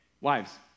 wives